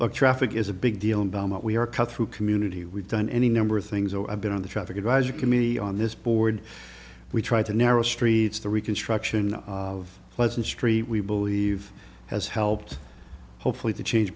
of traffic is a big deal about what we are cut through community we've done any number of things over a bit on the traffic advisory committee on this board we tried to narrow streets the reconstruction of pleasant street we believe has helped hopefully to change